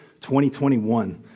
2021